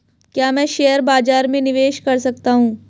क्या मैं शेयर बाज़ार में निवेश कर सकता हूँ?